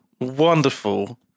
Wonderful